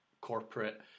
corporate